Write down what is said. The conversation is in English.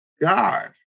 God